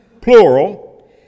plural